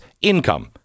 income